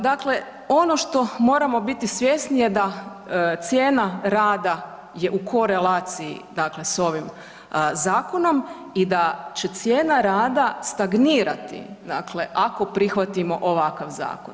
Dakle, ono što moramo biti svjesni je da cijena rada je u korelaciji dakle s ovim zakonom i da će cijena rada stagnirati, dakle, ako prihvatimo ovakav zakon.